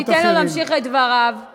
תרגיל, כי הבנתי שאתם לא מקיימים.